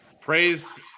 praise